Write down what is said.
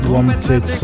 Wanted